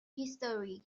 history